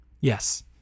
Yes